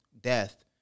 death